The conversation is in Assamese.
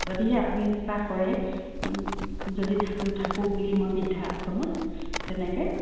যদিহে আপুনি ইচ্ছা কৰে যদি থাকোঁ থাকোঁ বুলি মই বৃদ্ধাশ্ৰমত তেনেকৈ